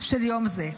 של יום זה.